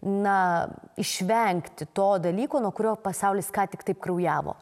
na išvengti to dalyko nuo kurio pasaulis ką tik taip kraujavo